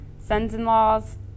Sons-in-laws